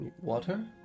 Water